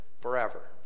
forever